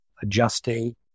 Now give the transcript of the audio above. adjusting